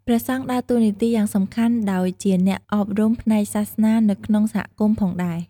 ព្រះសង្ឃដើរតួនាទីយ៉ាងសំខាន់ដោយជាអ្នកអប់រំផ្នែកសាសនានៅក្នុងសហគមន៍ផងដែរ។